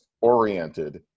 oriented